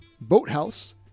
Boathouse